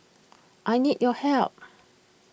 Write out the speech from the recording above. I need your help